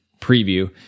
preview